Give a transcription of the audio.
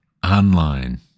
Online